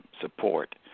support